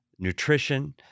nutrition